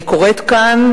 אני קוראת כאן,